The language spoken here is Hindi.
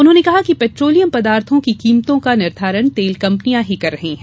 उन्होंने कहा कि पेट्रोलियम पदार्थों की कीमतों का निर्धारण तेल कंपनियां ही कर रही हैं